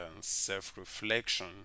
self-reflection